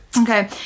Okay